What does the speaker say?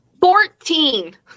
Fourteen